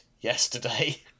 yesterday